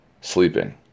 sleeping